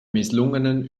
misslungenen